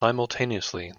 simultaneously